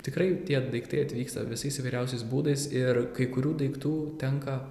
tikrai tie daiktai atvyksta visais įvairiausiais būdais ir kai kurių daiktų tenka